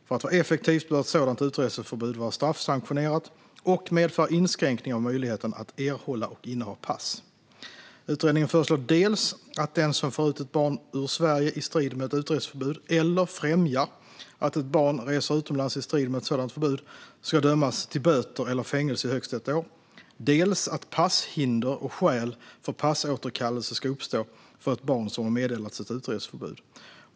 För att vara effektivt bör ett sådant utreseförbud vara straffsanktionerat och medföra inskränkningar av möjligheten att erhålla och inneha pass. Utredningen föreslår dels att den som för ut ett barn ur Sverige i strid med ett utreseförbud, eller främjar att ett barn reser utomlands i strid med ett sådant förbud, ska dömas till böter eller fängelse i högst ett år, dels att passhinder och skäl för passåterkallelse ska uppstå för ett barn som har meddelats ett utreseförbud.